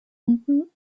unten